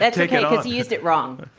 that's okay because he used it wrong.